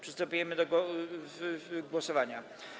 Przystępujemy do głosowania.